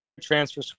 transfer